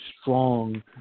strong